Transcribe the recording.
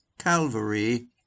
Calvary